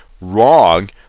wrong